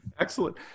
Excellent